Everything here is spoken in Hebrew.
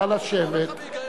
נא לשבת.